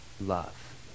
love